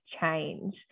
change